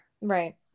Right